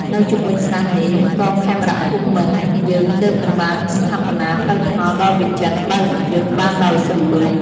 នៅជុំវិញស្រះនេះ កងខេមរភូមិន្ទយើងទើបនឹងបានស្ថាបនាផ្លូវថ្នល់ដ៏វិចិត្រ បើករថយន្តបានដោយស្រួល។